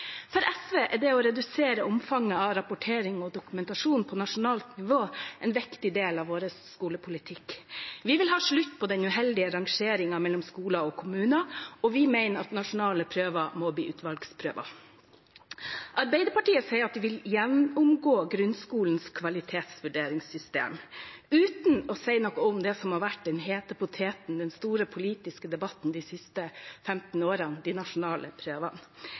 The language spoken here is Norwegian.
For SV er det å redusere omfanget av rapportering og dokumentasjon på nasjonalt nivå en viktig del av vår skolepolitikk. Vi vil ha slutt på den uheldige rangeringen av skoler og kommuner, og vi mener at nasjonale prøver må bli utvalgsprøver. Arbeiderpartiet sier at de vil gjennomgå grunnskolens kvalitetsvurderingssystem, uten å si noe om det som har vært den hete poteten, den store politiske debatten, de siste 15 årene: de nasjonale prøvene.